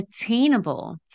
attainable